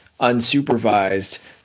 unsupervised